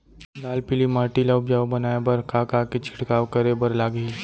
लाल पीली माटी ला उपजाऊ बनाए बर का का के छिड़काव करे बर लागही?